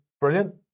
brilliant